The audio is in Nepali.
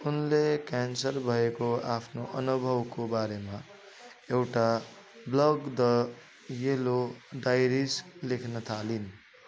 उनले क्यान्सर भएको आफ्नो अनुभवको बारेमा एउटा ब्लग द येल्लो डायरिज लेख्न थालिन्